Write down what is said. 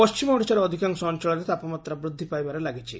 ପଣ୍ଟିମ ଓଡ଼ିଶାର ଅଧିକାଂଶ ଅଞ୍ଞଳରେ ତାପମାତ୍ରା ବୃଦ୍ଧି ପାଇବାରେ ଲାଗିଛି